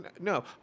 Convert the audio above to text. No